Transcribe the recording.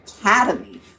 Academy